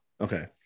Okay